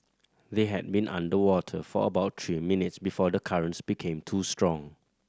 they had been underwater for about three minutes before the currents became too strong